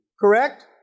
Correct